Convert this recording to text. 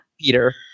Peter